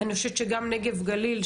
אני חושבת שגם נגב גליל,